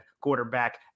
quarterback